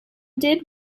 did